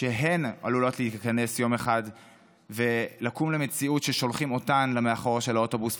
שהן עלולות יום אחד לקום למציאות ששולחים אותן למאחורה של האוטובוס,